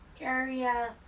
area